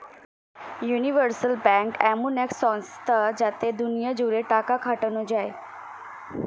universal bank এমন এক সংস্থা যাতে দুনিয়া জুড়ে টাকা খাটানো যায়